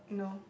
no